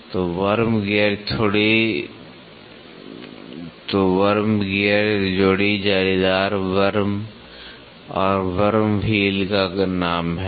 तो worm gear जोड़ी जालीदार वर्म और वर्म व्हील का नाम है